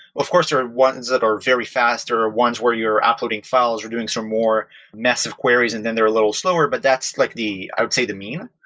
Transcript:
of course, there are and ones that are very fast or or ones where you're uploading files or doing some more massive queries and then they're a little slower. but that's like the i would say the min.